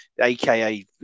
aka